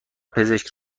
پزشک